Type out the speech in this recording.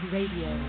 Radio